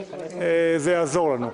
זה יעזור לנו.